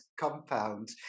compound